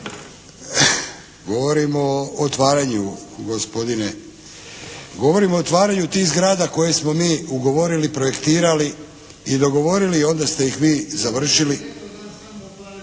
Govorim o otvaranju gospodine, govorim o otvaranju tih zgrada koje smo mi ugovorili, projektirali i dogovorili i onda ste ih vi završili…